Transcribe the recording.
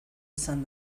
izan